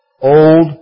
Old